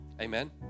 amen